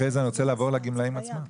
אחרי זה אני רוצה לעבור לגמלאים עצמם.